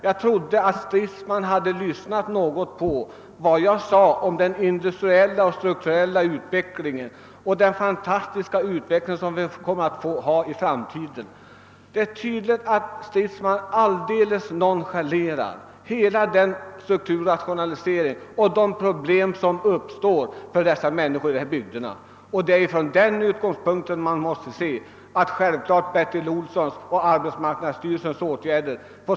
Jag trodde att herr Stridsman hade lyssnat på vad jag sade om att den industriella och strukturella utveckling som vi kan förutse i framtiden är fantastisk. Det är tydligt att herr Stridsman alldeles nonchalerar hela denna strukturrationalisering och de problem som uppstår för människorna i dessa bygder. Det är från den utgångspunkten man måste se Bertil Olssons och arbetsmarknadsstyrelsens åtgärder.